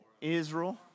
Israel